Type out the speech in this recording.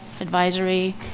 advisory